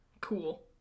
Cool